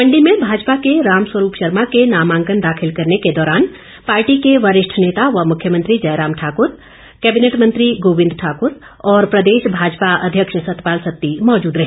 मण्डी में भाजपा के राम स्वरूप शर्मा के नामांकन दाखिल करने के दौरान पार्टी के वरिष्ठ नेता व मुख्यमंत्री जयराम ठाकुर कैबिनेट मंत्री गोबिंद ठाकुर और प्रदेश भाजपा अध्यक्ष सतपाल सत्ती मौजूद रहे